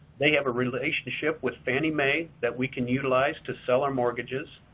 they have a relationship with fannie mae that we can utilize to sell our mortgages,